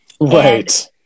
Right